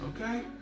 Okay